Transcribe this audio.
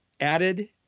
added